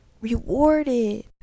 rewarded